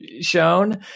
shown